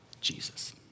Jesus